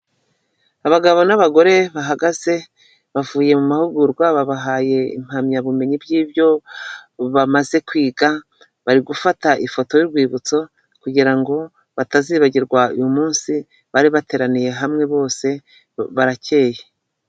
Abagabo n'abagore bahagaze bavuye mu mahugurwa babahaye impamyabumenyi by'ibyo bamaze kwiga, bari gufata ifoto y'urwibutso kugirango batazibagirwa uyu munsi bari bateraniye hamwe bose barakeyeye.